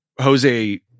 Jose